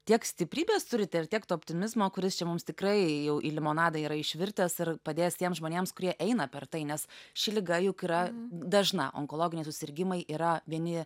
tiek stiprybės turite ir tiek to optimizmo kuris čia mums tikrai jau į limonadą yra išvirtęs ir padės tiems žmonėms kurie eina per tai nes ši liga juk yra dažna onkologiniai susirgimai yra vieni